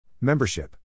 Membership